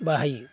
बाहायो